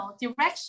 direction